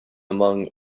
among